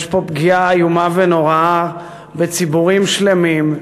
יש פה פגיעה איומה ונוראה בציבורים שלמים.